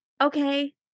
okay